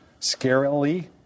scarily